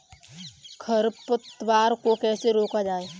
खरपतवार को कैसे रोका जाए?